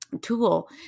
tool